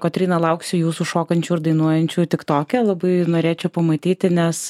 kotryna lauksiu jūsų šokančių ir dainuojančių tiktoke labai norėčiau pamatyti nes